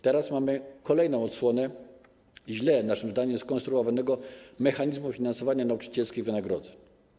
Teraz mamy kolejną odsłonę źle naszym zdaniem skonstruowanego mechanizmu finansowania nauczycielskich wynagrodzeń.